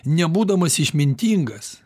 nebūdamas išmintingas